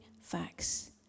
facts